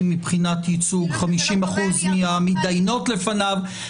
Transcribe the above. מבחינת ייצוג 50% מהמתדיינות לפניו,